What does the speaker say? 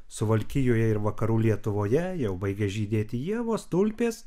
suvalkijoje ir vakarų lietuvoje jau baigia žydėti ievos tulpės